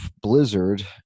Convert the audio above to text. blizzard